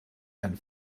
and